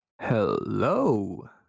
Hello